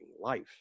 life